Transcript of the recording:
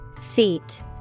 Seat